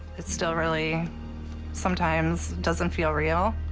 it still really sometimes doesn't feel real.